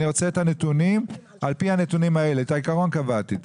אני רוצה את הנתונים ועל פי הנתונים האלה את העיקרון קבעתי,